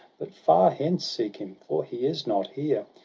but far hence seek him, for he is not here.